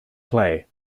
play